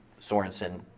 Sorensen